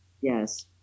Yes